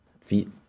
feet